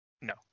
No